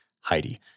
Heidi